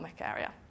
area